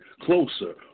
closer